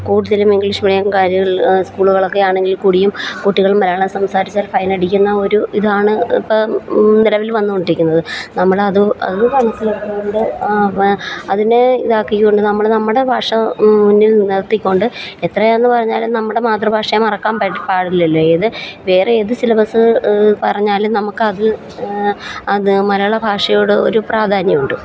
കൂടുതലും ലും English medium കരുകൾ സ്കൂളുകളൊക്കെ ആണെങ്കിൽ കൂടിയും കുട്ടികൾ മലയാളം സംസാരിച്ചാൽ ഫൈൻ അടിക്കുന്ന ഒരു ഇതാണ് ഇപ്പം നിലവിൽ വന്നു കൊണ്ടിരിക്കുന്നത് നമ്മൾ അത് അത് മനസ്സിലാക്കിയത് കൊണ്ട് അതിനെ ഇതാക്കി കൊണ്ട് നമ്മൾ നമ്മുടെ ഭാഷ മുന്നിൽ നിർത്തിക്കൊണ്ട് എത്രയെന്ന് പറഞ്ഞാലും നമ്മുടെ മാതൃഭാഷയെ മറക്കാൻ പാടില്ലല്ലോ ഏത് വേറെ ഏത് സിലബസ്സ് പറഞ്ഞാലും നമുക്ക് അത് അത് മലയാള ഭാഷയോട് ഒരു പ്രാധാന്യമുണ്ട്